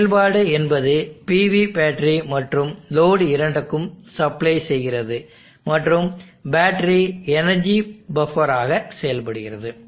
செயல்பாடு என்பது PV battery மற்றும் லோடு இரண்டுக்கும் சப்ளை செய்கிறது மற்றும் பேட்டரி எனர்ஜி பஃப்பர் ஆக செயல்படுகிறது